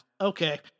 Okay